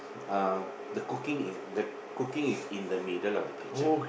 uh the cooking is the cooking is in the middle of the kitchen